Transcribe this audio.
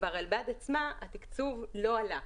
ברלב"ד עצמה התקצוב לא עלה.